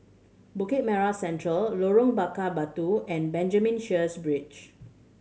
Bukit Merah Central Lorong Bakar Batu and Benjamin Sheares Bridge